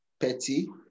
Petty